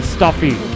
Stuffy